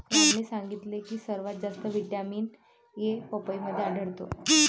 रामने सांगितले की सर्वात जास्त व्हिटॅमिन ए पपईमध्ये आढळतो